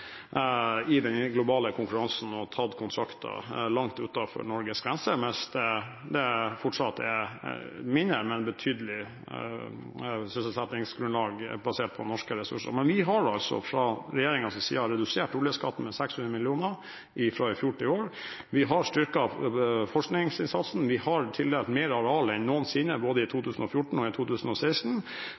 i den globale konkurransen og fått kontrakter langt utenfor Norges grenser, mens det fortsatt er mindre, men betydelig sysselsettingsgrunnlag basert på norske ressurser. Vi har fra regjeringens side redusert oljeskatten med 600 mill. kr fra i fjor til i år, vi har styrket forskningsinnsatsen, vi har tildelt mer areal enn noensinne i både 2014 og 2016,